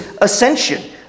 ascension